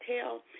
tell